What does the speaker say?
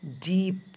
deep